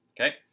Okay